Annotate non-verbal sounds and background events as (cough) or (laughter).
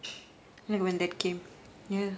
(noise) like when that came ya